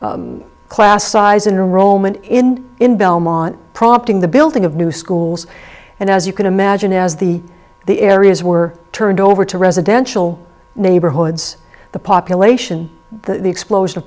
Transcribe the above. class size in roman in in belmont prompting the building of new schools and as you can imagine as the the areas were turned over to residential neighborhoods the population explosion of